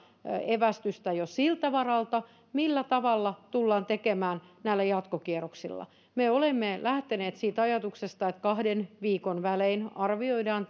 evästystä jo siltä varalta millä tavalla tullaan tekemään näillä jatkokierroksilla me olemme lähteneet siitä ajatuksesta että kahden viikon välein arvioidaan